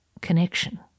connection